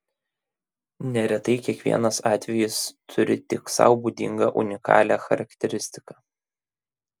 neretai kiekvienas atvejis turi tik sau būdingą unikalią charakteristiką